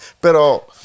Pero